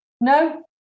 No